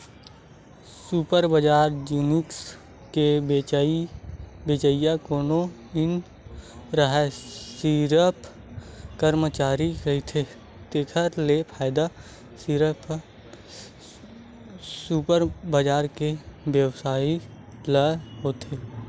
super बजार म जिनिस के बेचइया कोनो नइ राहय सिरिफ करमचारी रहिथे तेखर ले फायदा सिरिफ सुपर बजार के बेवसायी ल होथे